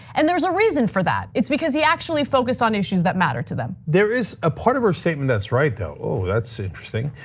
and there's a reason for that. it's because he actually focused on issues that matter to them. there is a part of the statement that's right, though. that's interesting.